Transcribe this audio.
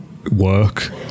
work